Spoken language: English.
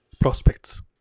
prospects